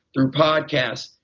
through podcasts,